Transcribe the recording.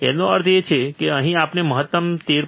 તેનો અર્થ એ છે કે અહીં આપણે મહત્તમ 13